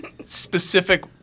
specific